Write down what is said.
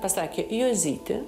pasakė juozyti